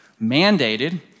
mandated